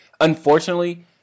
unfortunately